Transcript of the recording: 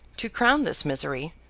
to crown this misery,